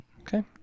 Okay